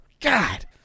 God